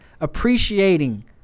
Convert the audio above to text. appreciating